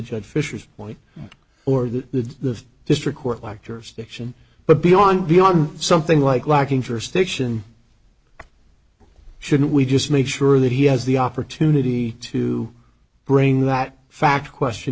judge fisher's point or the district court like jurisdiction but beyond beyond something like lacking for stiction shouldn't we just make sure that he has the opportunity to bring that fact question